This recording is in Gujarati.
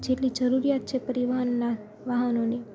જેટલી જરૂરિયાત છે પરિવહનના વાહનોની